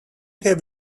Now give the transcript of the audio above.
have